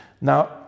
Now